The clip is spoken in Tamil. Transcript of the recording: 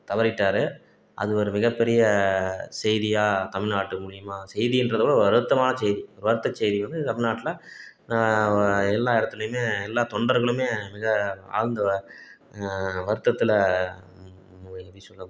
தவறிட்டார் அது ஒரு மிகப்பெரிய செய்தியாக தமிழ்நாட்டு மூலயமா செய்தின்கிறதோட ஒரு வருத்தமான செய்தி வருத்த செய்தி வந்து தமிழ்நாட்டில எல்லா இடத்துலையுமே எல்லாம் தொண்டர்களுமே மிக ஆழ்ந்த வருத்தத்தில் எப்படி சொல்ல